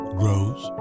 grows